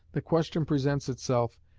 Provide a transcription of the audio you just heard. the question presents itself,